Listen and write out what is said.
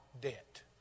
debt